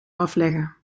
afleggen